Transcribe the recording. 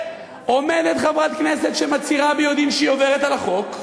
עומדת חברת כנסת שמצהירה ביודעין שהיא עוברת על החוק,